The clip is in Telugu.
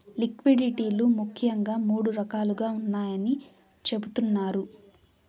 లిక్విడిటీ లు ముఖ్యంగా మూడు రకాలుగా ఉన్నాయని చెబుతున్నారు